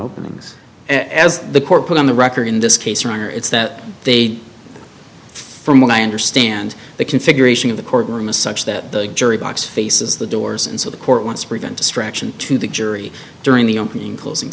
openings as the court put on the record in this case rather it's that they from what i understand the configuration of the courtroom is such that the jury box faces the doors and so the court wants to prevent distraction to the jury during the opening closing